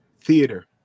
theater